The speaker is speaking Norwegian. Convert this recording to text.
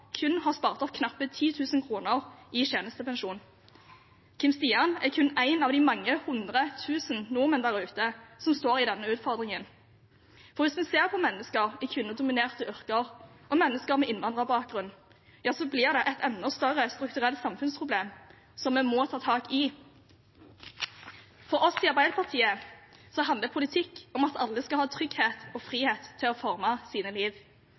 kun har spart opp knappe 10 000 kr i tjenestepensjon. Kim Stian er kun én av de mange 100 000 nordmenn der ute som står i denne utfordringen. Hvis vi ser på mennesker i kvinnedominerte yrker og mennesker med innvandrerbakgrunn, blir det et enda større strukturelt samfunnsproblem, som vi må ta tak i. For oss i Arbeiderpartiet handler politikk om at alle skal ha trygghet og frihet til å forme sitt liv,